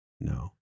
no